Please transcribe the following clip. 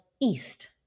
East